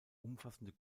umfassende